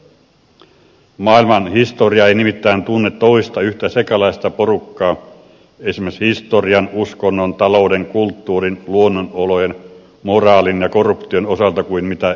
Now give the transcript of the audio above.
maailman historia ei nimittäin tunne toista yhtä sekalaista porukkaa esimerkiksi historian uskonnon talouden kulttuurin luonnonolojen moraalin ja korruption osalta kuin mitä eu on